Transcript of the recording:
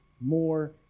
more